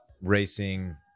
racing